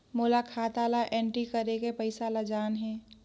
मोला खाता ला एंट्री करेके पइसा ला जान हे?